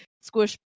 squish